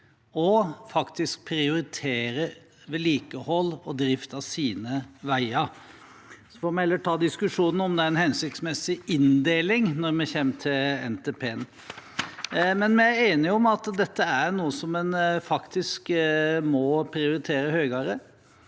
og faktisk prioritere vedlikehold og drift av sine veier, så får vi heller ta diskusjonen om hvorvidt det er en hensiktsmessig inndeling, når vi kommer til NTP. Det vi er enige om, er at dette er noe som en faktisk må prioritere høyere.